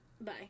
Bye